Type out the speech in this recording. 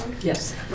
Yes